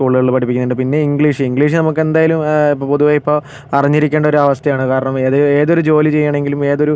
സ്കൂളുകളിൽ പഠിപ്പിക്കുന്നുണ്ട് പിന്നെ ഇംഗ്ലീഷ് ഇംഗ്ലീഷ് നമുക്ക് എന്തെയാലും ഇപ്പം പൊതുവെ ഇപ്പം അറിഞ്ഞിരിക്കേണ്ട ഒരു അവസ്ഥയാണ് കാരണം ഏത് ഏതൊരു ജോലി ചെയ്യണമെങ്കിലും ഏതൊരു